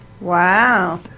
Wow